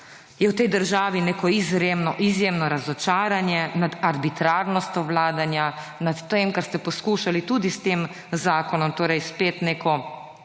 je v tej državi neko izjemno razočaranje nad arbitrarnostjo vladanja, nad tem, ker ste poskušali tudi s tem zakonom torej spet neko